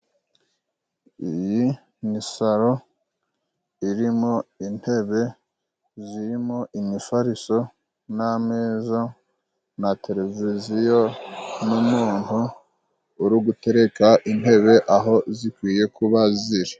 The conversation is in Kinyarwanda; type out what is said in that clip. Iyi ni salo irimo intebe zirimo imifariso n'ameza na televiziyo, n'umuntu uri gutereka intebe aho zikwiye kuba ziri.